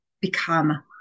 become